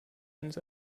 eines